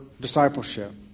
discipleship